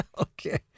Okay